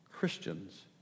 Christians